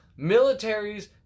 Militaries